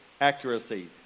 accuracy